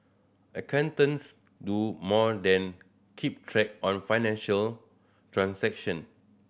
accountants do more than keep track on financial transaction